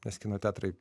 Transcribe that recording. nes kino teatrai